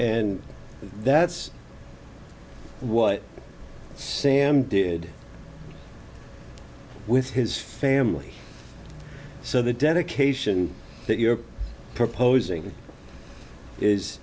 and that's what sam did with his family so the dedication that you're proposing is